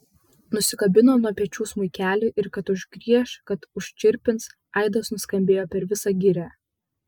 nusikabino nuo pečių smuikelį ir kad užgrieš kad užčirpins aidas nuskambėjo per visą girią